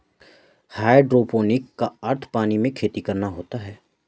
hydroponic का अर्थ पानी में खेती करना होता है